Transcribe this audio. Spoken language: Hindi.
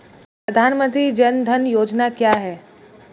प्रधानमंत्री जन धन योजना क्या है?